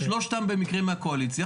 שלושתם במקרה מהקואליציה.